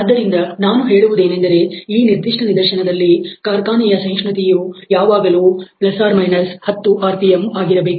ಆದ್ದರಿಂದ ನಾನು ಹೇಳುವುದೇನೆಂದರೆ ಈ ನಿರ್ದಿಷ್ಟ ನಿದರ್ಶನದಲ್ಲಿ ಕಾರ್ಖಾನೆಯ ಸಹಿಷ್ಣುತೆಯು ಯಾವಾಗಲೂ ±10 rpm ಆಗಿರಬೇಕು